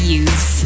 use